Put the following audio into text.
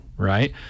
Right